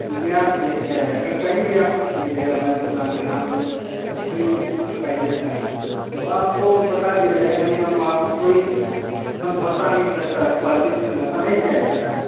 निराश नहीं किया जाएगा कहीं भी आप पूछ लीजिएगा हमारे दुकान का नाम पश्चिमी इंटरप्राइजेस का तो आपको बता दिया जाएगा नहीं वहाँ पर कोई समझौता नहीं हो जाता है क्वालिटी से समझौता नहीं किया जाता है